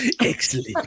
Excellent